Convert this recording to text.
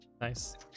nice